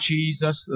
Jesus